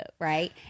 right